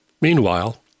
Meanwhile